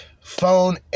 phone